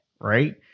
right